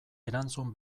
erantzun